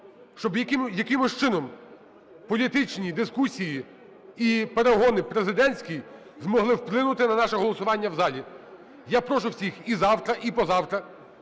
щоб якимось чином політичні дискусії і перегони президентські змогли вплинути на наше голосування в залі. Я прошу всіх і завтра, і позавтра